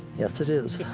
yes it is.